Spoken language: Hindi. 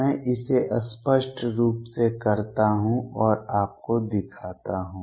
मैं इसे स्पष्ट रूप से करता हूं और आपको दिखाता हूं